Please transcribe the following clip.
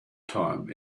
time